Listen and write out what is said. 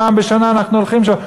פעם בשנה אנחנו הולכים לשם".